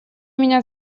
меня